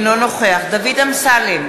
אינו נוכח דוד אמסלם,